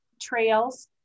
trails